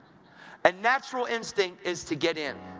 and natural instinct is to get in